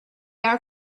are